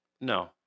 No